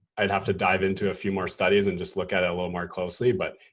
i'd have to dive into a few more studies and just look at it a little more closely. but